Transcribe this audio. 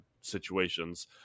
situations